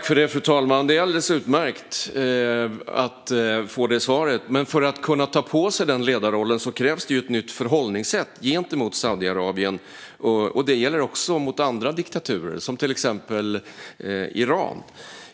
Fru talman! Det är alldeles utmärkt att få det svaret, men för att kunna ta på sig denna ledarroll krävs ett nytt förhållningssätt gentemot Saudiarabien. Detta gäller också mot andra diktaturer, till exempel Iran.